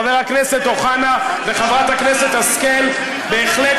חבר הכנסת אוחנה וחברת הכנסת השכל בהחלט